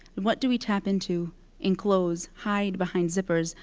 what do we tap into in clothes, hide behind zippers,